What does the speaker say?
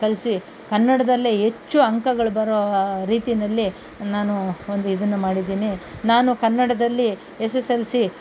ಕಲಿಸಿ ಕನ್ನಡದಲ್ಲೇ ಹೆಚ್ಚು ಅಂಕಗಳು ಬರೋ ರೀತಿಯಲ್ಲಿ ನಾನು ಒಂದು ಇದನ್ನು ಮಾಡಿದ್ದೀನಿ ನಾನು ಕನ್ನಡದಲ್ಲಿ ಎಸ್ ಎಸ್ ಎಲ್ ಸಿ